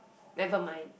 never mind